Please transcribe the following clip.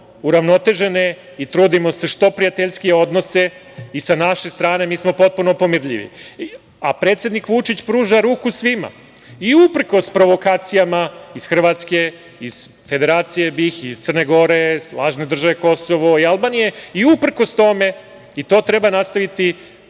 uravnotežene i trudimo se što prijateljskim odnosima. Sa naše strane mi smo potpuno pomirljivi. Predsednik Vučić pruža ruku svima, i uprkos provokacija iz Hrvatske iz Federacije BiH, iz Crne Gore, lažne države Kosovo i Albanije, i uprkos tome, i to treba nastaviti,